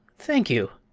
thank you!